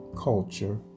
culture